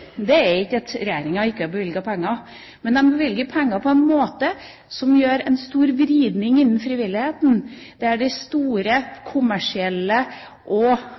er ikke at Regjeringa ikke har bevilget penger, men at den bevilger penger på en måte som innebærer en stor vridning innen frivilligheten, der de store, kommersielle og